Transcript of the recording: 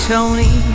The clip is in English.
Tony